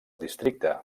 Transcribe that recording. districte